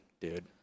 dude